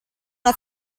una